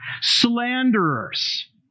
Slanderers